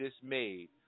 dismayed